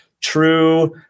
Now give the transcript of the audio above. true